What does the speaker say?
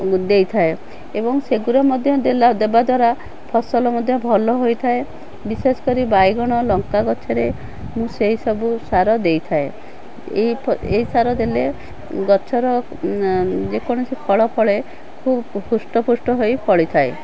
ଦେଇଥାଏ ଏବଂ ସେଗୁଡ଼ା ମଧ୍ୟ ଦେଲା ଦେବା ଦ୍ୱାରା ଫସଲ ମଧ୍ୟ ଭଲ ହୋଇଥାଏ ବିଶେଷ କରି ବାଇଗଣ ଲଙ୍କା ଗଛରେ ମୁଁ ସେଇ ସବୁ ସାର ଦେଇଥାଏ ଏଇ ଏଇ ସାର ଦେଲେ ଗଛର ଯେକୌଣସି ଫଳ ଫଳେ ଖୁବ ହୃଷ୍ଟପୃଷ୍ଟ ହୋଇ ଫଳିଥାଏ